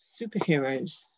superheroes